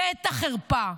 ואת החרפה.